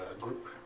group